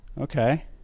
Okay